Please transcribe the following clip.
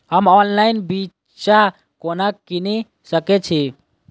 हम ऑनलाइन बिच्चा कोना किनि सके छी?